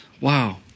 wow